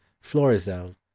florizel